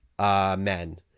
men